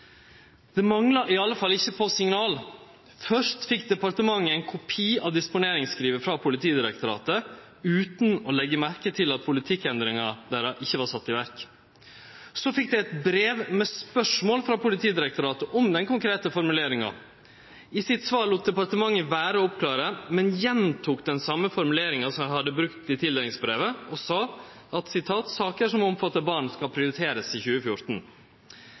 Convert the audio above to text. Det mangla i alle fall ikkje på signal. Først fekk departementet ein kopi av disponeringsskrivet frå Politidirektoratet, utan å leggje merke til at politikkendringa ikkje var sett i verk. Så fekk det eit brev med spørsmål frå Politidirektoratet om den konkrete formuleringa. I svaret sitt lét departementet vere å oppklare, men gjentok den same formuleringa som det hadde brukt i tildelingsbrevet, og sa at «saker som omfatter barn skal prioriteres i 2014».